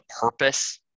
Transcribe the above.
purpose